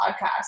podcast